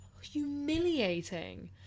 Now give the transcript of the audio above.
humiliating